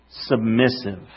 submissive